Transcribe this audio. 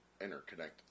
interconnected